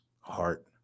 heart